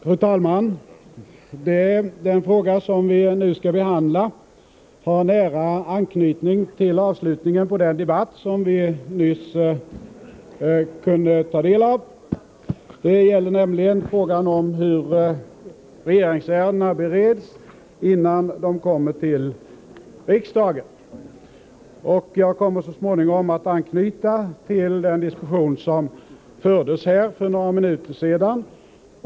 Fru talman! Den fråga som vi nu skall behandla har nära anknytning till avslutningen på den debatt som vi nyss kunde ta del av. Det gäller nämligen frågan om hur regeringsärendena bereds innan de kommer till riksdagen. Jag kommer så småningom att anknyta till den diskussion som fördes för några minuter sedan.